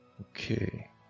Okay